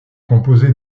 composée